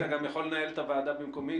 אתה גם יכול לנהל את הוועדה במקומי,